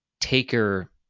taker